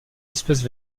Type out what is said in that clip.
espèces